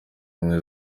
ubumwe